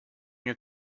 your